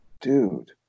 Dude